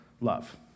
love